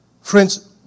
friends